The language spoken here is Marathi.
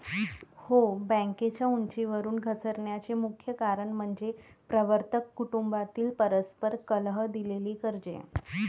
हो, बँकेच्या उंचीवरून घसरण्याचे मुख्य कारण म्हणजे प्रवर्तक कुटुंबातील परस्पर कलह, दिलेली कर्जे